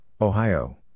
Ohio